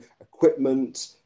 equipment